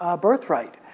birthright